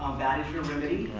that is your remedy.